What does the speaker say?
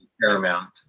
Paramount